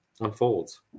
unfolds